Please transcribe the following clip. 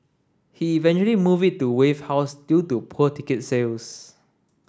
he eventually moved it to Wave House due to poor ticket sales